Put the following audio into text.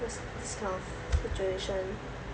this this kind of situation